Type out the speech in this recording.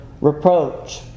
reproach